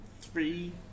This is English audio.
three